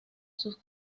sus